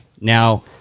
Now